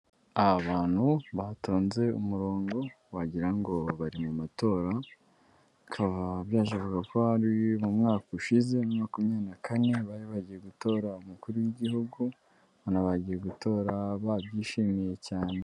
Abantu batonze umurongo wagira ngo bari mu matora, bikaba byashobokaga ko hari mu mwaka ushize, bibiri na makumya na kane bari bagiye gutora umukuru w'igihugu, urabibona bagiye gutora babyishimiye cyane.